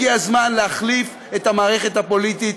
הגיע הזמן להחליף את המערכת הפוליטית,